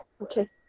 Okay